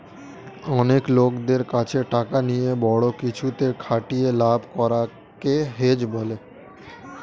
অনেক লোকদের কাছে টাকা নিয়ে বড়ো কিছুতে খাটিয়ে লাভ করা কে হেজ বলে